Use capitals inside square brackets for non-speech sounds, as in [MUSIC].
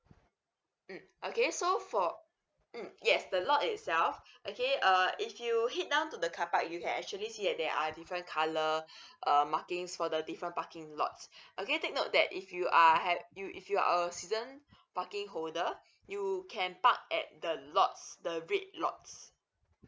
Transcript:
mm okay so for mm yes the lot itself okay err if you head down to the card park you can actually see that there are different [BREATH] colour uh markings for the different parking lots okay take note that if you are have if you are a season parking holder you can park at the lots the red lots